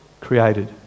created